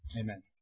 Amen